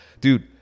Dude